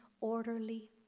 orderly